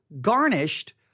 garnished